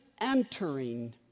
entering